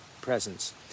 presence